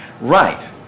Right